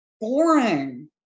boring